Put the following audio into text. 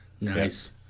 Nice